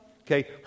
okay